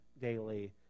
daily